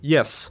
Yes